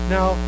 Now